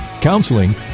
counseling